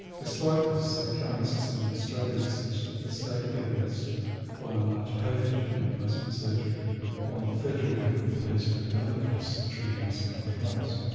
despite this the current system in australia is such that the state governments by and large pay for joint replacement surgery while the ah federal government pays for the other costs of treating osteoarthritis.